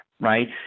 right